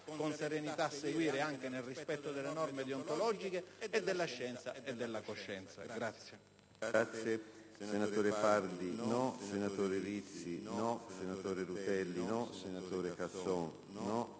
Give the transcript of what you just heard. con serenità, anche nel rispetto delle norme deontologiche, della scienza e della coscienza.